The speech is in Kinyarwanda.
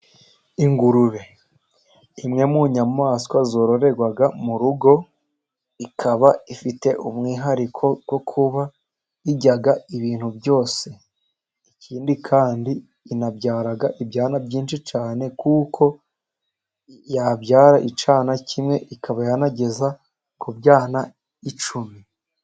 Ingurube, imwe mu nyamaswa zororerwa mu rugo, ikaba ifite umwihariko wo kuba irya ibintu byose, ikindi kandi inabyara ibyana byinshi cyane, kuko yabyara icyana kimwe, ikaba yanageza kubyana icumi.